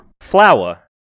Flower